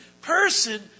person